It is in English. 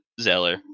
Zeller